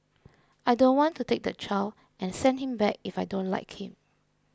I don't want to take the child and send him back if I don't like him